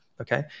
okay